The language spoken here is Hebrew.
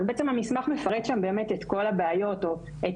ובעצם המסמך מפרט שם באמת את כל הבעיות או את